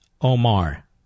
Omar